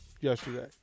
yesterday